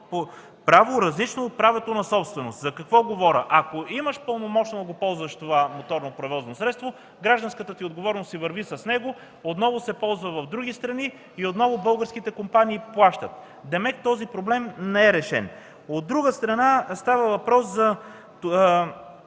право, различно от правото на собственост. Ако имаш пълномощно да ползваш това моторно превозно средство, гражданската ти отговорност си върви с него, отново се ползва в други страни и отново българските компании плащат. Тоест този проблем не е решен. От друга страна става въпрос за